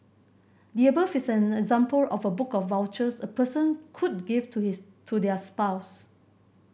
the above is an example of a book of vouchers a person could give to his to their spouse